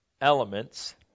elements